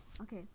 Okay